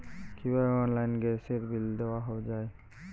কিভাবে অনলাইনে গ্যাসের বিল দেওয়া যায়?